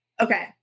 okay